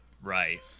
right